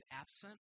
absent